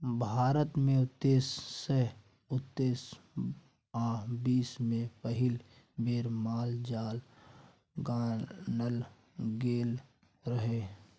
भारत मे उन्नैस सय उन्नैस आ बीस मे पहिल बेर माल जाल गानल गेल रहय